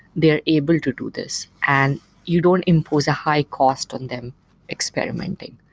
they're able to do this. and you don't impose a high-cost on them experimenting.